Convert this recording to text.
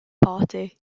party